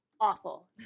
Awful